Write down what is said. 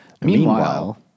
Meanwhile